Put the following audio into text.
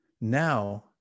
Now